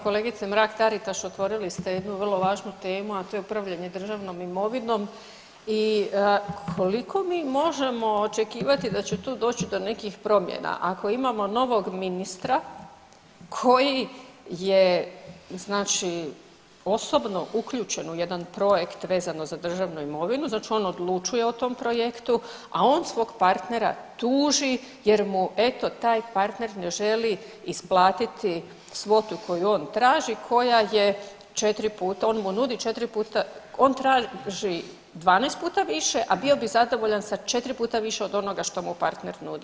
Kolegice Mrak-Taritaš, otvorili ste jednu vrlo važnu temu, a to je upravljanje državnom imovinom i koliko mi možemo očekivati da će tu doći do nekih promjena ako imamo novog ministra koji je znači osobno uključen u jedan projekt vezano za državnu imovinu, znači on odlučuje o tom projektu, a on svog partnera tuži jer mu eto taj partner ne želi isplatiti svotu koju on traži koja je 4 puta, on mu nudi 4 puta, on traži 12 puta više, a bio bi zadovoljan sa 4 puta više od onoga što mu partner nudi.